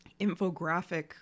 infographic